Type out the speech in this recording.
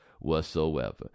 whatsoever